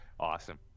awesome